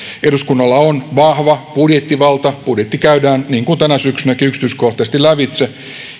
eduskunnalla on vahva budjettivalta budjetti käydään niin kuin tänäkin syksynä yksityiskohtaisesti lävitse